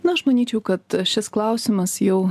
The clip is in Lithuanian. na aš manyčiau kad šis klausimas jau